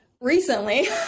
recently